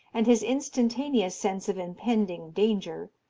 and his instantaneous sense of impending danger,